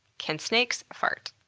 can snakes fart?